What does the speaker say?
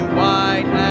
white